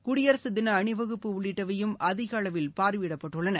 குடியரசு தின அணிவகுப்பு உள்ளிட்டவையும் அதிக அளவில் பார்வையிடப்பட்டுள்ளன